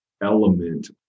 element